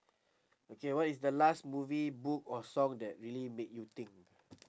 okay what is the last movie book or song that really make you think